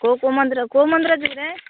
କେଉଁ କେଉଁ ମନ୍ଦିର କେଉଁ ମନ୍ଦିର ଯିବୁ ରେ